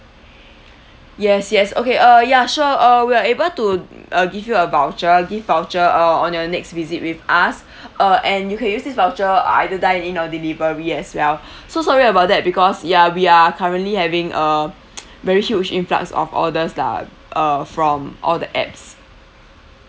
yes yes okay uh ya sure uh we're able to uh give you a voucher gift voucher uh on your next visit with us uh and you can use this voucher either dine or delivery as well so sorry about that because ya we're currently having a very huge influx of orders lah uh from all the apps